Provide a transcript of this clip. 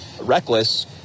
reckless